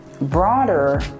broader